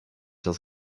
das